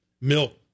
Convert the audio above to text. milk